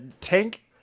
Tank